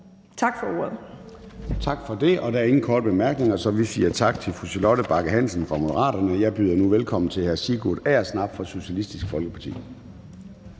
(Søren Gade): Tak for det. Der er ingen korte bemærkninger, så vi siger tak til fru Charlotte Bagge Hansen fra Moderaterne. Jeg byder nu velkommen til hr. Sigurd Agersnap for Socialistisk Folkeparti.